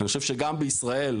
אני חושב שגם בישראל,